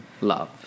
love